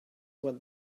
what